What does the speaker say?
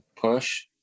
push